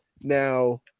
Now